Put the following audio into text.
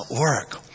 work